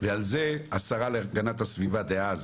ועל זה השרה להגנת הסביבה דאז,